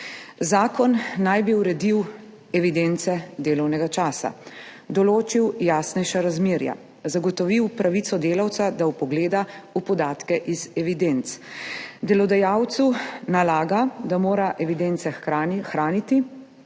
Zakon naj bi uredil evidence delovnega časa, določil jasnejša razmerja, zagotovil pravico delavca do vpogleda v podatke iz evidenc. Delodajalcu nalaga, da mora evidence hraniti,